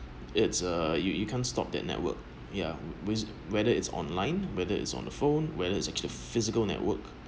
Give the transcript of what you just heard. it's a you you can't stop that network yeah whe~ whether it's online whether it's on the phone whether it's actually a physical network